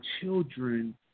children